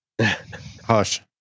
Hush